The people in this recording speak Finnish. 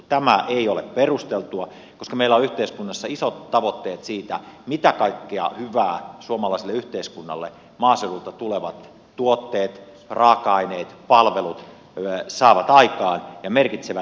tämä ei ole perusteltua koska meillä on yhteiskunnassa isot tavoitteet siitä mitä kaikkea hyvää suomalaiselle yhteiskunnalle maaseudulta tulevat tuotteet raaka aineet ja palvelut saavat aikaan ja merkitsevät